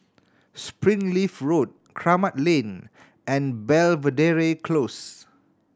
Springleaf Road Kramat Lane and Belvedere Close